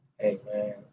amen